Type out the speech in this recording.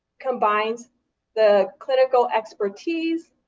combines the clinical expertise,